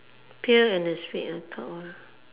pail and the spade ah all